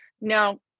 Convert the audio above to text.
no